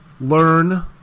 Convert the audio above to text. learn